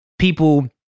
people